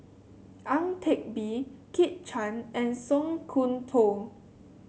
Ang Teck Bee Kit Chan and Song Koon Poh